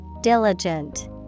Diligent